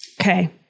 Okay